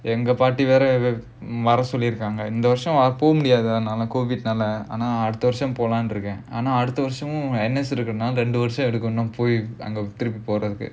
எங்க பாட்டி வேற வர சொல்லிருக்காங்க இந்த வருஷம் போக முடியாது:enga paati vera vara sollirukkaanga indha varusham poga mudiyathu COVID நால ஆனா அடுத்த வருஷம் போலாம்னு இருக்கேன் ஆனா அடுத்த வருஷம்:aanaa adutha varusham polaamnu irukkaen aanaa adutha varusham trip போறதுக்கு:porathukku